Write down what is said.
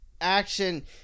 action